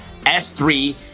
S3